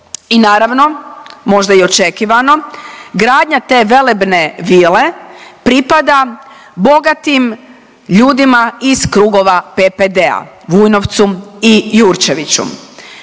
I naravno, možda i očekivano gradnja te velebne vile pripada bogatim ljudima iz krugova PPD-a Vujnovcu i Jurčeviću.